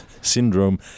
syndrome